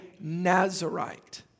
Nazarite